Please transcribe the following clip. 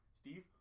Steve